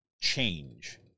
change